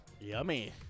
Yummy